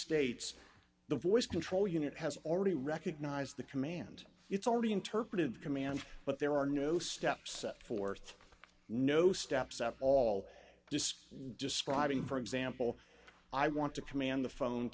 states the voice control unit has already recognized the command it's already interpreted commands but there are no steps set forth no steps up all disks describing for example i want to command the phone